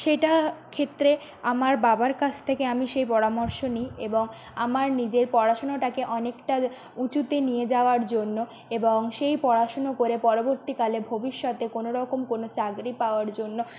সেটার ক্ষেত্রে আমার বাবার কাছ থেকে আমি সেই পরামর্শ নিই এবং আমার নিজের পড়াশুনোটাকে অনেকটা উঁচুতে নিয়ে যাওয়ার জন্য এবং সেই পড়াশুনো করে পরবর্তীকালে ভবিষ্যতে কোনো রকম কোনো চাকরি পাওয়ার জন্য